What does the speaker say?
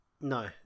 No